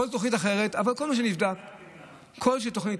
חלק, אולי.